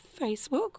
Facebook